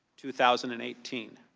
two thousand and eighteen.